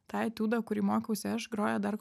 tą etiudą kurį mokausi aš groja dar